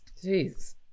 Jeez